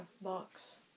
box